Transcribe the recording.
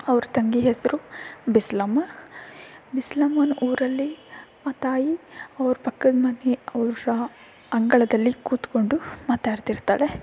ಅವ್ರ ತಂಗಿ ಹೆಸರು ಬಿಸ್ಲಮ್ಮ ಬಿಸ್ಲಮ್ಮನ ಊರಲ್ಲಿ ಆ ತಾಯಿ ಅವ್ರ ಪಕ್ಕದ ಮನೆ ಅವರ ಅಂಗಳದಲ್ಲಿ ಕೂತ್ಕೊಂಡು ಮಾತಾಡ್ತಿರ್ತಾಳೆ